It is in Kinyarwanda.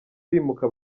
bimuka